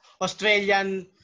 Australian